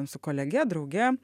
su kolege drauge